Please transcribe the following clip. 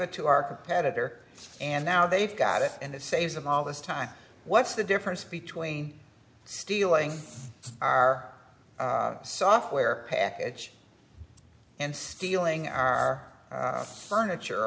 it to our competitor and now they've got it and it saves them all this time what's the difference between stealing our software package and stealing our